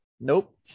Nope